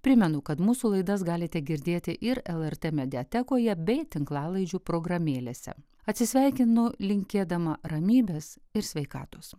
primenu kad mūsų laidas galite girdėti ir lrt mediatekoje bei tinklalaidžių programėlėse atsisveikinu linkėdama ramybės ir sveikatos